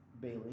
Bailey